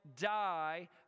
die